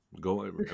go